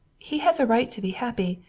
he has a right to be happy.